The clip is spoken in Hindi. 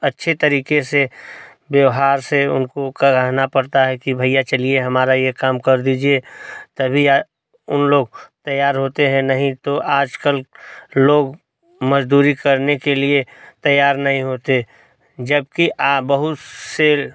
अच्छे तरीके से व्यवहार से उनको कराना पड़ता है कि भैया चलिये मेरा ये काम कर दीजिए तभी वो उन लोग तैयार होते हैं नहीं तो आजकल लोग मजदूरी करने के लिए तैयार नहीं होते हैं जबकि आ बहुत से